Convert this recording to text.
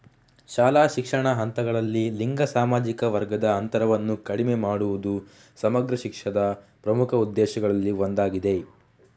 ಶಾಲಾ ಶಿಕ್ಷಣದ ಹಂತಗಳಲ್ಲಿ ಲಿಂಗ ಸಾಮಾಜಿಕ ವರ್ಗದ ಅಂತರವನ್ನು ಕಡಿಮೆ ಮಾಡುವುದು ಸಮಗ್ರ ಶಿಕ್ಷಾದ ಪ್ರಮುಖ ಉದ್ದೇಶಗಳಲ್ಲಿ ಒಂದಾಗಿದೆ